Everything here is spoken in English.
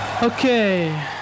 Okay